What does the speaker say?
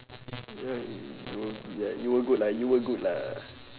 ya you you you were ya you were good lah you were good lah